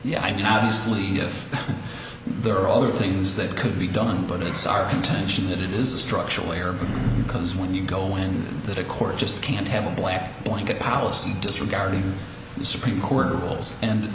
yeah i mean obviously if there are other things that could be done but it's our contention that it is a structural layer because when you go in with a court just can't have a black blanket policy disregarding the supreme court rules and